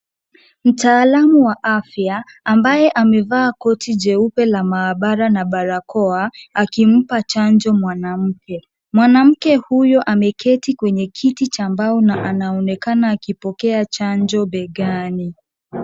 Mtaalamu wa afya ambaye amevaa koti jeupe la maabara na barakoa akimpa chanjo mwanamke. Mwanamke huyo ameketi kwenye kiti cha mbao na anaonekana akipokea chanjo begani.